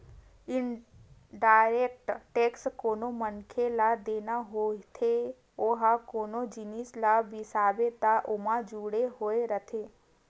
indirect tax कोनो मनखे ल देना होथे ओहा कोनो जिनिस ल बिसाबे त ओमा जुड़े होय रहिथे